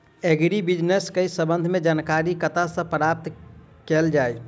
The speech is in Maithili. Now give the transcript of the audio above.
एग्री बिजनेस केँ संबंध मे जानकारी कतह सऽ प्राप्त कैल जाए?